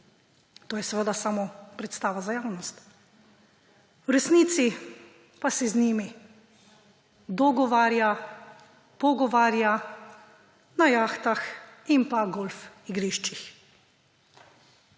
to je seveda samo predstava za javnost, v resnici se z njimi dogovarja, pogovarja na jahtah in golf igriščih.